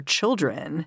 Children